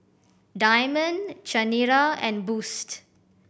Diamond Chanira and Boost